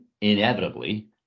inevitably